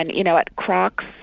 and you know what? crocs,